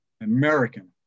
American